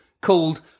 called